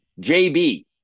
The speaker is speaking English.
JB